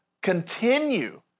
continue